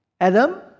Adam